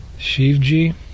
Shivji